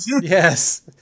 Yes